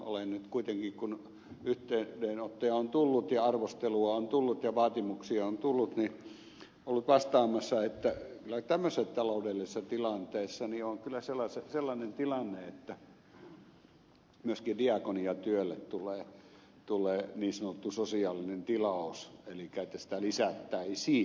olen nyt kuitenkin kun yhteydenottoja on tullut ja arvostelua on tullut ja vaatimuksia on tullut ollut vastaamassa että kyllä tämmöisessä taloudellisessa tilanteessa on sellainen tilanne että myöskin diakoniatyölle tulee niin sanottu sosiaalinen tilaus elikkä että sitä lisättäisiin